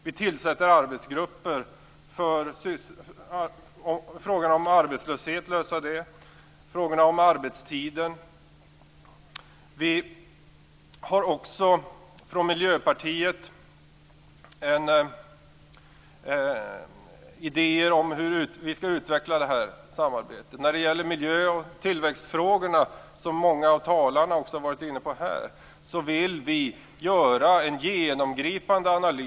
Vi tillsätter arbetsgrupper för att lösa frågor om arbetslösheten och arbetstiden. Vi har också från Miljöpartiets sida idéer om hur vi skall utveckla det här samarbetet. När det gäller miljö och tillväxtfrågorna, som många av talarna också har varit inne på här, vill vi göra en genomgripande analys.